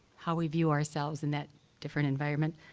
how we view ourselves in that different environment.